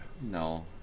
No